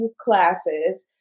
classes